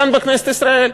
כאן, בכנסת ישראל.